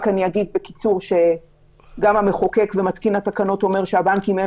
אני רק אגיד בקיצור שגם המחוקק ומתקין התקנות אומר שהבנקים הם